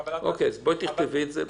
כותב הוראות תכ"ם,